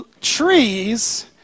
trees